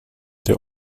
der